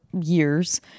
years